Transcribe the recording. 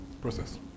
Process